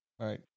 right